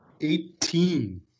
Eighteen